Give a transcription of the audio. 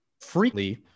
freely